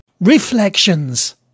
Reflections